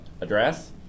address